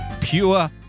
Pure